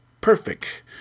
perfect